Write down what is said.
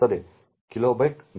kilobyte memory